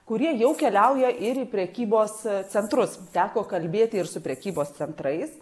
kurie jau keliauja ir į prekybos centrus teko kalbėti ir su prekybos centrais